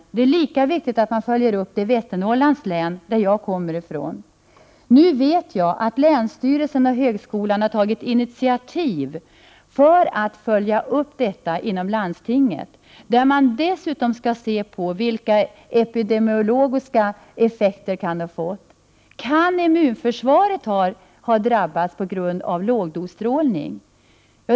Men det är lika viktigt att följa upp i Västernorrlands län, varifrån jag kommer. Nu vet jag att länsstyrelsen och högskolan har tagit initiativ till att följa upp situationen inom landstinget. Man skall dessutom se på vilka epidemiologiska effekter det kan ha fått. Kan immunförsvaret ha drabbats på grund av lågdosstrålning?